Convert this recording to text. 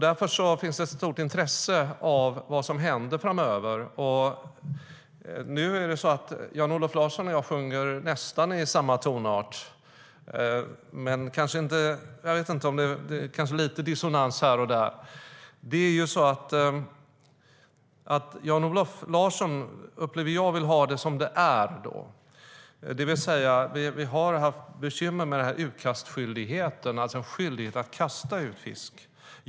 Därför finns ett stort intresse av vad som händer framöver. Jan-Olof Larsson och jag sjunger i nästan samma tonart, men det kanske är lite dissonans här och där. Jag upplever att Jan-Olof Larsson vill ha det som det är. Vi har haft bekymmer med utkastskyldigheten, alltså en skyldighet att kasta ut fisk.